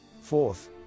Fourth